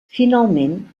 finalment